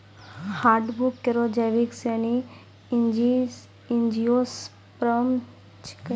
hardwood केरो जैविक श्रेणी एंजियोस्पर्म छिकै